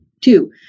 Two